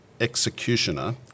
executioner